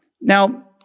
Now